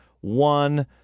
one